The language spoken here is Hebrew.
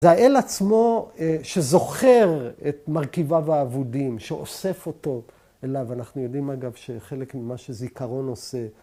‫האל עצמו שזוכר את מרכיביו ‫האבודים, שאוסף אותו אליו. ‫אנחנו יודעים, אגב, ‫שחלק ממה שזיכרון עושה